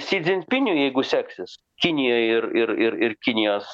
si dzinpiniui jeigu seksis kinijoj ir ir ir ir kinijos